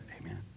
Amen